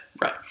Right